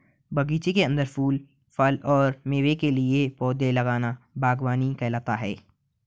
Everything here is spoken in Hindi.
बगीचे के अंदर फूल, फल और मेवे के लिए पौधे लगाना बगवानी कहलाता है